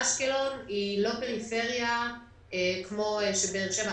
אשקלון היא לא פריפריה כמו באר-שבע.